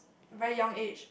very young age